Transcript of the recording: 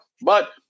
but-